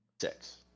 six